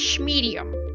medium